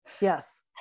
Yes